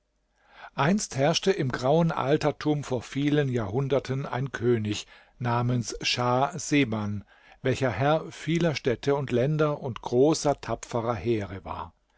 einst herrschte im grauen altertum vor vielen jahrhunderten ein könig namens schah seman welcher herr vieler städte und länder und großer tapferer heere war